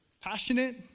passionate